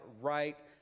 right